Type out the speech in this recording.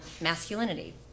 masculinity